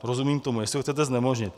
Rozumím tomu, jestli ho chcete znemožnit.